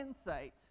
insight